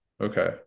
Okay